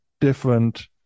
different